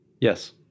Yes